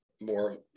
more